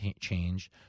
change